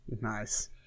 Nice